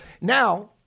Now